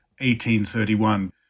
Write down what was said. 1831